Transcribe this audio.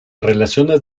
relaciones